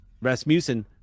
rasmussen